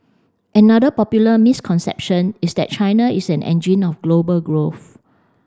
another popular misconception is that China is an engine of global growth